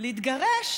להתגרש